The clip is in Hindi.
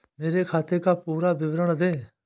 मेरे खाते का पुरा विवरण दे?